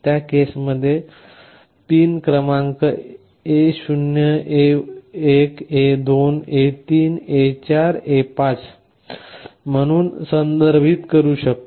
त्या केस मध्ये पिन क्रमांक A0 A1 A2 A3 A4 A5 म्हणून संदर्भित करू शकतो